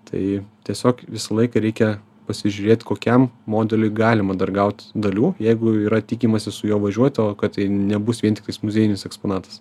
tai tiesiog visą laiką reikia pasižiūrėt kokiam modeliui galima dar gaut dalių jeigu yra tikimasi su juo važiuot o kad tai nebus vien tiktais muziejinis eksponatas